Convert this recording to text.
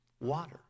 Water